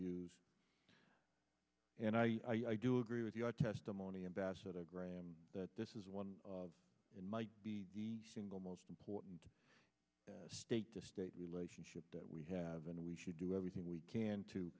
views and i do agree with your testimony ambassador graham that this is one of them might be the single most important state to state relationship that we have and we should do everything we can to